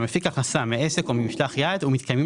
המפיק הכנסה מעסק או ממשלח יד ומתקיימים